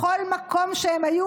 בכל מקום שהם היו,